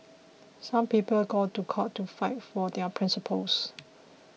some people go to court to fight for their principles